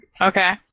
Okay